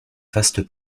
vaste